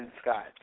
Scott